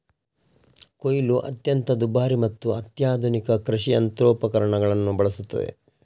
ಕೊಯ್ಲು ಅತ್ಯಂತ ದುಬಾರಿ ಮತ್ತು ಅತ್ಯಾಧುನಿಕ ಕೃಷಿ ಯಂತ್ರೋಪಕರಣಗಳನ್ನು ಬಳಸುತ್ತದೆ